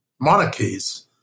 monarchies